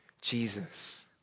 Jesus